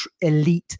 elite